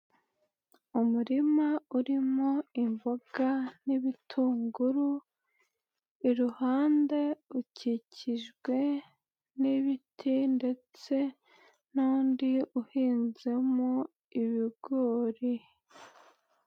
Umurima urimo imboga n'ibitunguru, iruhande ukikijwe n'ibiti ndetse n'undi uhinzemo ibigori.